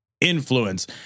influence